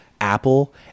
Apple